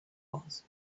was